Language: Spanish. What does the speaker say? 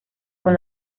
con